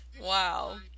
wow